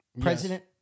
president